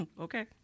Okay